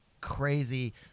crazy